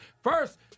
First